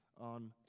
on